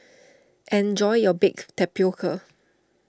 enjoy your Baked Tapioca